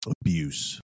abuse